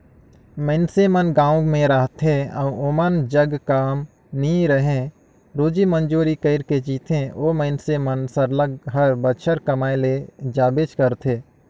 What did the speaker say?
मइनसे मन गाँव में रहथें अउ ओमन जग काम नी रहें रोजी मंजूरी कइर के जीथें ओ मइनसे मन सरलग हर बछर कमाए ले जाबेच करथे